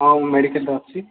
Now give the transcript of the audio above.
ହଁ ମୁଁ ମେଡ଼ିକାଲରେ ଅଛି